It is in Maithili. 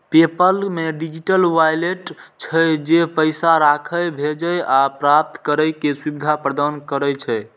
पेपल मे डिजिटल वैलेट छै, जे पैसा राखै, भेजै आ प्राप्त करै के सुविधा प्रदान करै छै